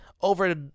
over